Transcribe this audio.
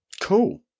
cool